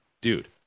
dude